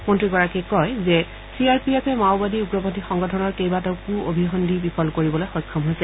মন্ত্ৰীগৰাকীয়ে কয় যে চি আৰ পি এফে মাওবাদী উগ্ৰপন্থী সংগঠনৰ কেবাটাও কৃ অভিসদ্ধি বিফল কৰিবলৈ সক্ষম হৈছে